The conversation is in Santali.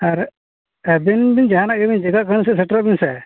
ᱟᱨ ᱟᱹᱵᱤᱱ ᱵᱤᱱ ᱡᱟᱦᱟᱱᱟᱜ ᱜᱮᱵᱤᱱ ᱪᱤᱠᱟᱹᱜ ᱠᱟᱱᱥᱮ ᱥᱮᱴᱮᱨᱚᱜ ᱵᱤᱱ ᱥᱮ